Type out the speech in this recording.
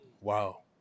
Wow